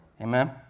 Amen